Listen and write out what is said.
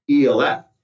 ELF